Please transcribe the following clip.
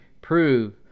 prove